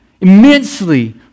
immensely